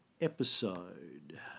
episode